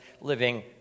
living